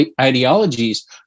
ideologies